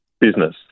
business